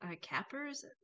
Cappers